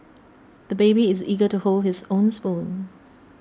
the baby is eager to hold his own spoon